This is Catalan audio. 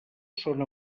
són